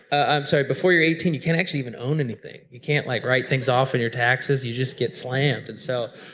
i'm sorry before you're eighteen you can't actually even own anything. you can't like write things off on your taxes, you just get slammed. and so